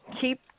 keep